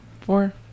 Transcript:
four